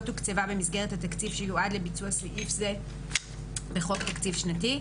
תוקצבה במסגרת התקציב שיועד לביצוע סעיף זה בחוק תקציב שנתי,